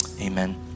Amen